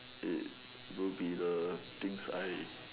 eh will be the things I